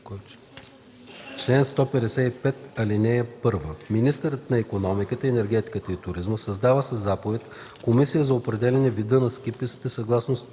„Чл. 155.(1) Министърът на икономиката, енергетиката и туризма създава със заповед Комисия за определяне вида на ски пистите съгласно